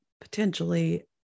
potentially